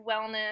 wellness